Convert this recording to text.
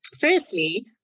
Firstly